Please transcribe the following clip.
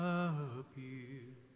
appear